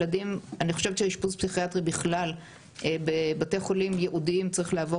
אני חושב שאשפוז פסיכיאטרי בכלל בבתי חולים ייעודיים צריך לעבור